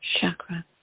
chakra